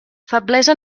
feblesa